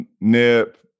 Nip